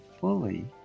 fully